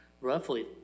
Roughly